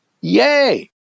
Yay